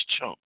chunk